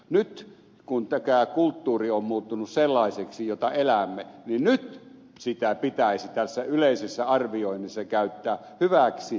nyt kun tämä kulttuuri on muuttunut sellaiseksi jota elämme niin nyt sitä pitäisi tässä yleisessä arvioinnissa käyttää hyväksi